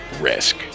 risk